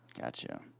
Gotcha